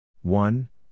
One